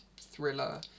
thriller